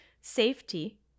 safety